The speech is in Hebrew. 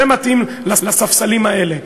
זה מתאים לספסלים האלה,